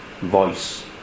voice